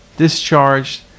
discharged